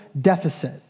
deficit